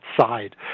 side